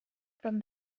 from